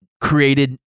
created